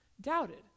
doubted